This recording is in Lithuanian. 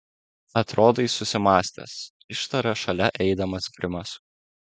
atrodai susimąstęs ištarė šalia eidamas grimas